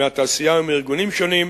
מהתעשייה ומארגונים שונים.